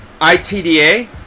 ITDA